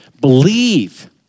believe